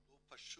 לא פשוט.